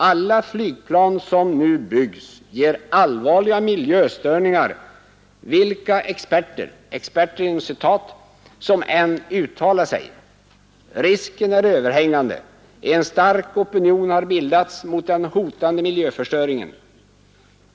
Alla flygplan som nu byggs ger allvarliga miljöstörningar, vilka "experter som än uttalar sig. Risken är överhängande. En stark opinion har bildats mot den hotande miljöförstöringen.